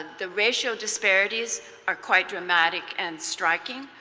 the racial disparities are quite dramatic and striking.